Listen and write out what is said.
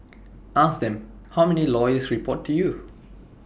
ask them how many lawyers report to you